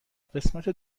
قسمت